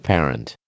Parent